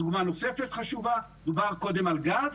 דוגמה חשובה נוספת, דובר קודם על גז